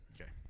Okay